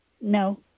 No